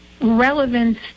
relevance